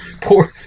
poor